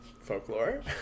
folklore